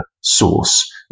source